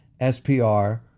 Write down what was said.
SPR